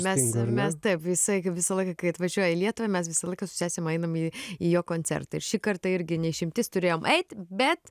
mes mes taip jisai visą laiką kai atvažiuoja į lietuvą mes visą laiką su sesėm einam į į jo koncertą ir šį kartą irgi ne išimtis turėjom eit bet